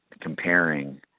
comparing